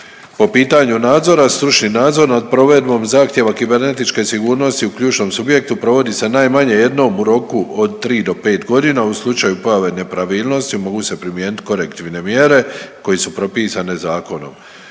Po pitanju nadzora, stručni nadzor nad provedbom zahtjeva kibernetičke sigurnosti u ključnom subjektu provodi se najmanje jednom u roku od 3 do 5 godina, u slučaju pojave nepravilnosti mogu se primijeniti korektivne mjere koje su propisane zakonom.